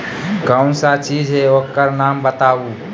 कौन सा चीज है ओकर नाम बताऊ?